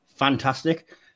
fantastic